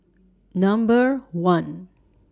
Number one